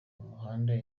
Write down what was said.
uruhande